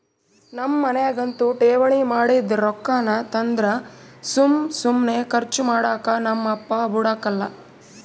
ನಮ್ ಮನ್ಯಾಗಂತೂ ಠೇವಣಿ ಮಾಡಿದ್ ರೊಕ್ಕಾನ ತಂದ್ರ ಸುಮ್ ಸುಮ್ನೆ ಕರ್ಚು ಮಾಡಾಕ ನಮ್ ಅಪ್ಪ ಬುಡಕಲ್ಲ